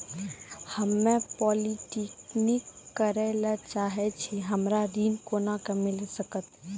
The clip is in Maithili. हम्मे पॉलीटेक्निक करे ला चाहे छी हमरा ऋण कोना के मिल सकत?